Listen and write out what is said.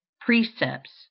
precepts